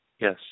Yes